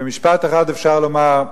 במשפט אחד אפשר לומר: